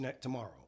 tomorrow